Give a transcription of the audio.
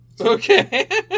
Okay